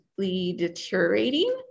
deteriorating